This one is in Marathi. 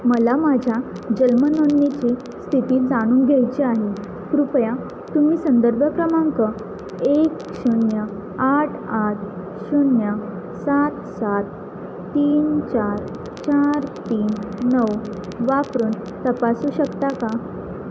मला माझ्या जन्म नोंदणीची स्थिती जाणून घ्यायची आहे कृपया तुम्ही संदर्भ क्रमांक एक शून्य आठ आठ शून्य सात सात तीन चार चार तीन नऊ वापरून तपासू शकता का